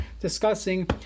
discussing